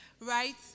right